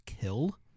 kill